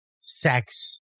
sex